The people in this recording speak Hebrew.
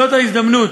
בהזדמנות